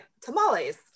tamales